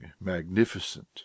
magnificent